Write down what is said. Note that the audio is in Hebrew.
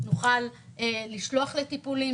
נוכל לשלוח לטיפולים,